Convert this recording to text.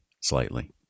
slightly